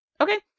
Okay